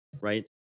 Right